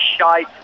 shite